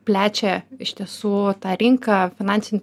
plečia iš tiesų tą rinką finansinių